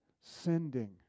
sending